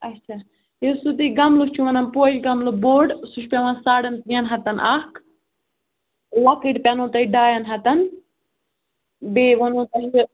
اَچھا یُس تُہۍ سُہ گَملہٕ چھِو وَنان پوشہٕ گَملہٕ بوٚڈ سُہ چھُ پیٚوان ساڑن ترٛیٚن ہَتن اکھ لۄکٕٹۍ پینَو تۄہہِ ڈایَن ہَتن بیٚیہِ ووٚنمَو تۄہہِ یہِ